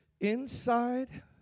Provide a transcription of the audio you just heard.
Inside